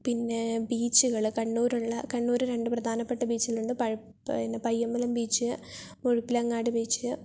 പിന്നെ ബീച്ചുകള് കണ്ണൂരുള്ള കണ്ണൂര് രണ്ട് പ്രധാനപ്പെട്ട ബീച്ചുകളുണ്ട് പഴ പയ്യമ്പലം ബീച്ച് മുഴുപ്പിലങ്ങാടി ബീച്ച്